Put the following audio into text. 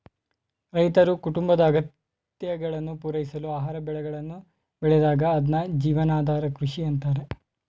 ರೈತರು ಕುಟುಂಬದ ಅಗತ್ಯಗಳನ್ನು ಪೂರೈಸಲು ಆಹಾರ ಬೆಳೆಗಳನ್ನು ಬೆಳೆದಾಗ ಅದ್ನ ಜೀವನಾಧಾರ ಕೃಷಿ ಅಂತಾರೆ